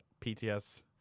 PTS